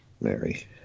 Mary